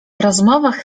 rozmowach